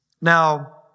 Now